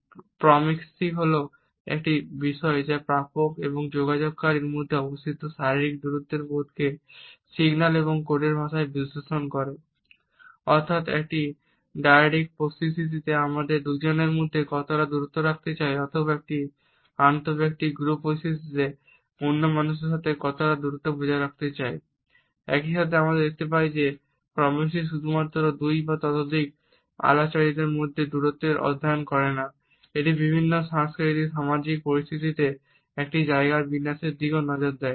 proxemics হল একটি বিষয় যা প্রাপক ও যোগাযোগকারীর মধ্যে অবস্থিত শারীরিক দূরত্বের বোধকে সিগন্যাল এবং কোডের ভাষায় একইসাথে আমরা দেখতে পাই যে প্রক্সেমিকস শুধুমাত্র দুই বা ততোধিক মানুষের আলাপচারিতার মধ্যে দূরত্বের অধ্যয়ন করে না এটি বিভিন্ন সাংস্কৃতিক সামাজিক পরিস্থিতিতে একটি জায়গার বিন্যাসের দিকেও নজর দেয়